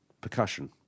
percussion